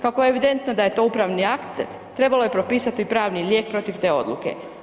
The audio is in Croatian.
Kako je evidentno da je to upravni akt, trebalo je propisati pravni lijek protiv te odluke.